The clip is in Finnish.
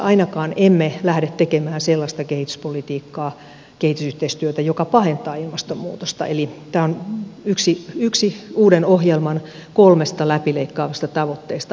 ainakaan emme lähde tekemään sellaista kehityspolitiikkaa kehitysyhteistyötä joka pahentaa ilmastonmuutosta eli tämä on yksi uuden ohjelman kolmesta läpi leikkaavasta tavoitteesta